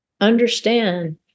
Understand